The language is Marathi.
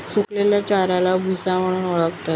सुकलेल्या चाऱ्याला भुसा म्हणून ओळखतात